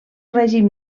règim